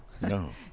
No